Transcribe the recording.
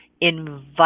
invite